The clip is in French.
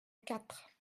quatre